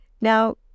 Now